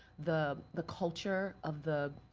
the the culture of the,